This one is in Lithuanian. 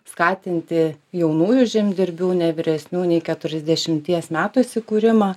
skatinti jaunųjų žemdirbių ne vyresnių nei keturiasdešimties metų įsikūrimą